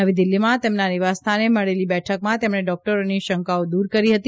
નવી દિલ્હીમાં તેમના નિવાસ સ્થાને મળેલી બેઠકમાં તેમણે ડોકટરોની શંકાઓ દુર કરી હતી